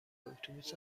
اتوبوس